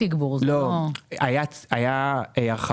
תכנית 078004 היא תכנית שבה יש כל מיני גופים